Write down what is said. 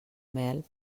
mel